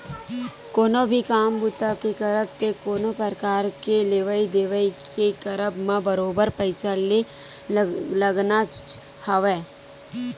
कोनो भी काम बूता के करब ते कोनो परकार के लेवइ देवइ के करब म बरोबर पइसा तो लगनाच हवय